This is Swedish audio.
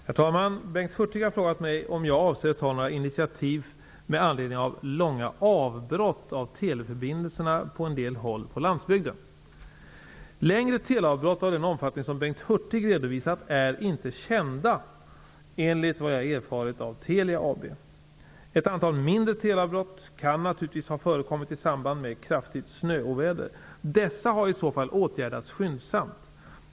Herr talman! Bengt Hurtig har frågat mig om jag avser att ta några initiativ med anledning av långa avbrott av teleförbindelserna på en del håll på landsbygden. Hurtig redovisat är inte kända, enligt vad jag har erfarit av Telia AB. Ett antal mindre teleavbrott kan naturligtvis ha förekommit i samband med kraftigt snöoväder, men dessa har i så fall åtgärdats skyndsamt.